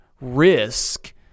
risk